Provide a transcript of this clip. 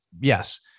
Yes